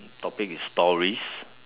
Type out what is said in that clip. topic is stories